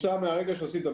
יש לנו ממוצעים.